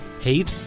hate